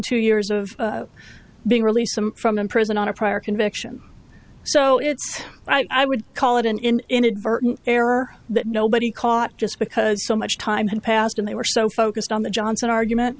two years of being released some from in prison on a prior conviction so it's i would call it an inadvertent error that nobody caught just because so much time had passed and they were so focused on the johnson argument